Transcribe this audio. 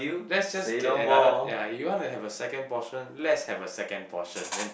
let's just get another ya you want to have a second portion let's have a second portion then